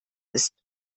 ist